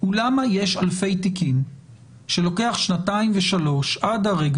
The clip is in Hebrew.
הוא למה יש אלפי תיקים שלוקח שנתיים ושלוש עד הרגע